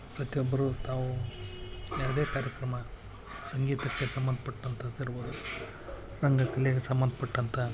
ಪ್ರತಿಯೊಬ್ಬರೂ ತಾವು ಕಾರ್ಯಕ್ರಮ ಸಂಗೀತಕ್ಕೆ ಸಂಬಂಧಪಟ್ಟಂಥ ಕೆಲವರು ರಂಗಕಲೆಗೆ ಸಂಬಂಧಪಟ್ಟಂಥ